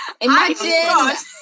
Imagine